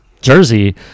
jersey